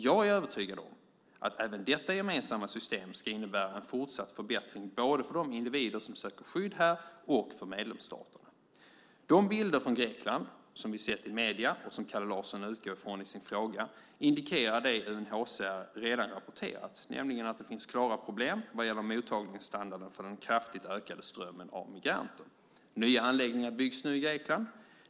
Jag är övertygad om att även detta gemensamma system ska innebära en fortsatt förbättring både för de individer som söker skydd här och för medlemsstaterna. De bilder från Grekland som vi sett i medier och som Kalle Larsson utgår ifrån i sin fråga indikerar det UNHCR redan rapporterat, nämligen att det finns klara problem vad gäller mottagningsstandarden för den kraftigt ökande strömmen av migranter. Nya anläggningar byggs nu i Grekland.